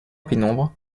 pénombre